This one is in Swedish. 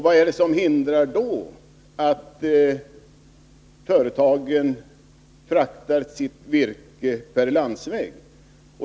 Vad är det då som hindrar att företagen fraktar sitt virke per landsväg?